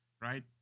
right